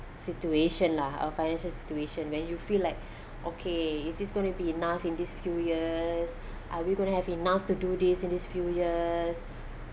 situation lah our financial situation when you feel like okay is this going to be enough in these few years are we going to have enough to do this in these few years